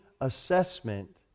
assessment